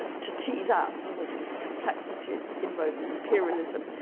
ah to tease out some of these complexities in roman imperialism